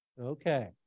Okay